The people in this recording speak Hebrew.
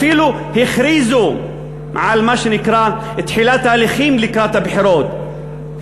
אפילו הכריזו על מה שנקרא תחילת ההליכים לקראת הבחירות,